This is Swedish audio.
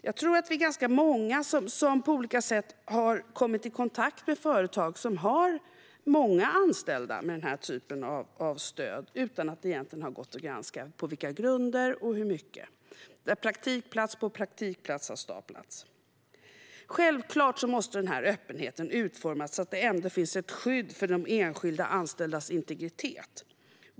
Jag tror att vi är ganska många som på olika sätt har kommit i kontakt med företag som har många anställda med den här typen av stöd utan att det har gått att granska på vilka grunder och hur mycket, företag där praktikplats har staplats på praktikplats. Självklart måste den här öppenheten utformas så att det ändå finns ett skydd för den enskilda anställdas integritet.